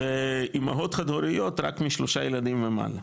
ואימהות חד הוריות רק משלושה ילדים ומעלה.